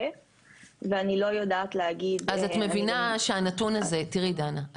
ואני לא יודעת להגיד --- תראי דנה,